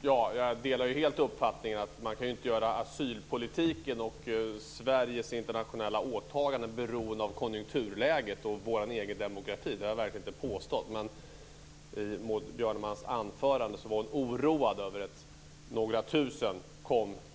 Fru talman! Jag delar helt uppfattningen att man inte kan göra asylpolitiken och Sveriges internationella åtaganden beroende av konjunkturläget och vår egen demokrati. Det har jag verkligen inte påstått. Maud Björnemalm var i sitt anförande oroad över att det skulle komma några tusen